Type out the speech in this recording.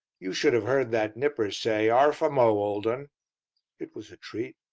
you should have heard that nipper say arf a mo', old un it was a treat.